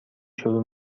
شروع